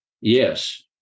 Yes